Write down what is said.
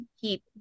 keep